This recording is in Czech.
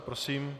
Prosím.